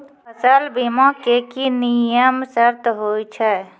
फसल बीमा के की नियम सर्त होय छै?